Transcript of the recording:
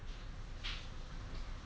我现在很想喝泡泡茶